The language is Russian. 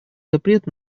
запрет